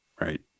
Right